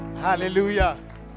Hallelujah